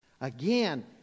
Again